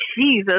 Jesus